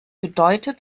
bedeutet